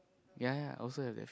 ya ya I also have